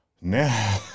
Now